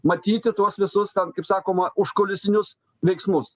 matyti tuos visus ten kaip sakoma užkulisinius veiksmus